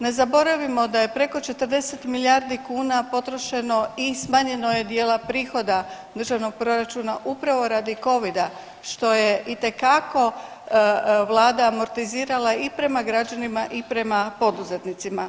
Ne zaboravimo da je preko 40 milijardi kuna potrošeno i smanjeno je dijela prihoda državnog proračuna upravo radi covida što je itekako Vlada amortizirala i prema građanima i prema poduzetnicima.